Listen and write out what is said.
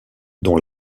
dont